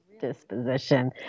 disposition